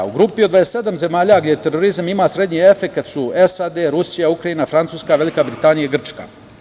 U grupi od 27 zemalja, gde terorizam ima srednji efekat su SAD, Rusija, Ukrajina, Francuska, Velika Britanija i Grčka.